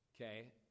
okay